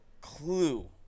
clue